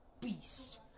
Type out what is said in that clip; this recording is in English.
beast